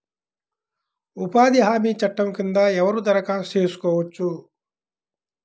ఉపాధి హామీ చట్టం కింద ఎవరు దరఖాస్తు చేసుకోవచ్చు?